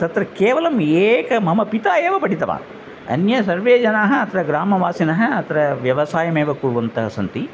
तत्र केवलम् एकः मम पिता एव पठितवान् अन्य सर्वे जनाः अत्र ग्रामवासिनः अत्र व्यवसायमेव कुर्वन्ति सन्ति